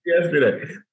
yesterday